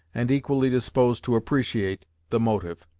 and equally disposed to appreciate, the motive.